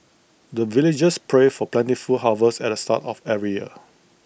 the villagers pray for plentiful harvest at the start of every year